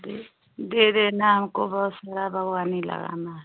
दे दे देना हमको बस मेरा बागवानी लगाना है